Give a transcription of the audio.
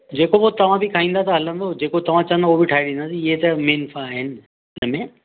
जेको पोइ तव्हां बि खाईंदा त हलंदो जेको तव्हां चवंदव उहो बि ठाहे ॾींदासीं इहा त मेन आहिनि हिन में